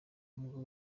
ubwo